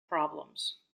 problems